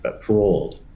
paroled